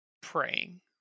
praying